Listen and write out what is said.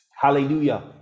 hallelujah